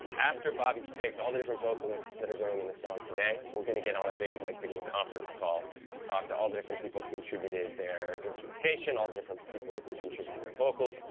after bobby's picked all the different vocalists that are going in the song today, we're gonna get on a big, like, video conference call to talk to all the different people who contributed their instrumentation, all the different people who contributed their vocals.